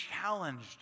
challenged